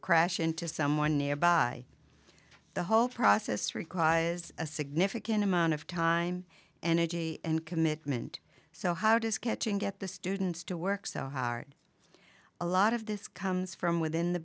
crash into someone nearby the whole process requires a significant amount of time energy and commitment so how does catching get the students to work so hard a lot of this comes from